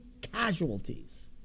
casualties